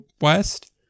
West